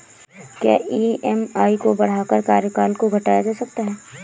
क्या ई.एम.आई को बढ़ाकर कार्यकाल को घटाया जा सकता है?